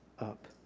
up